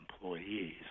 employees